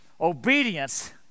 obedience